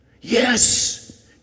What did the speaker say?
Yes